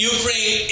Ukraine